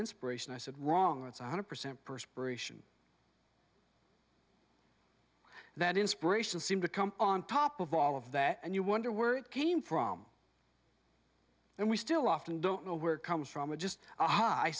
inspiration i said wrong it's one hundred percent perspiration that inspiration seem to come on top of all of that and you wonder word came from and we still often don't know where it comes from or just a